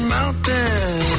Mountain